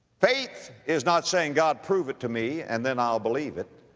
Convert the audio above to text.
faith is not saying, god prove it to me and then i'll believe it.